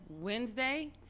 Wednesday